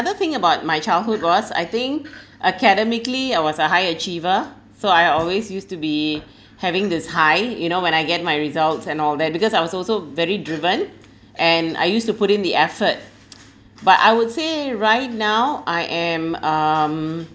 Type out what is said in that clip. thing about my childhood was I think academically I was a high achiever so I always used to be having this high you know when I get my results and all that because I was also very driven and I used to put in the effort but I would say right now I am um